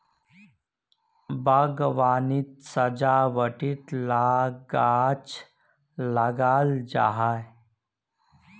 बाग्वानित सजावटी ला गाछ लगाल जाहा